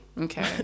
Okay